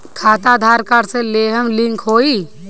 खाता आधार कार्ड से लेहम लिंक होई?